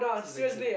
still very cheap